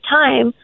time